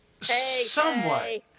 somewhat